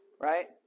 right